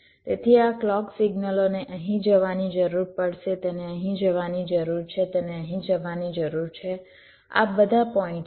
તેથી આ ક્લૉક સિગ્નલોને અહીં જવાની જરૂર પડશે તેને અહીં જવાની જરૂર છે તેને અહીં જવાની જરૂર છે આ બધા પોઈંટ્સ પર